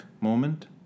moment